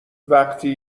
وقتی